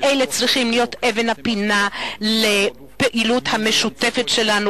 ואלה צריכים להיות אבן הפינה לפעילות המשותפת שלנו